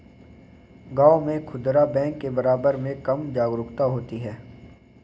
गांव में खूदरा बैंक के बारे में कम जागरूकता होती है